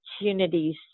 opportunities